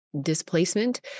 displacement